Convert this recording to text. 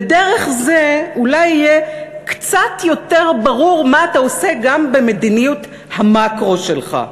ודרך זה אולי יהיה קצת יותר ברור מה אתה עושה גם במדיניות המקרו שלך.